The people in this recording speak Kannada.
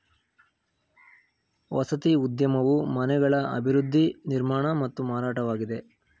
ವಸತಿ ಉದ್ಯಮವು ಮನೆಗಳ ಅಭಿವೃದ್ಧಿ ನಿರ್ಮಾಣ ಮತ್ತು ಮಾರಾಟವಾಗಿದೆ